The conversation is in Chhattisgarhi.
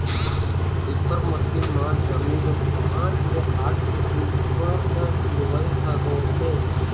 रीपर मसीन म जमीन ले पाँच ले आठ फूट के उप्पर तक के लुवई ह होथे